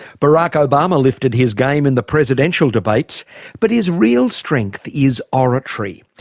barack obama lifted his game in the presidential debates but his real strength is oratory.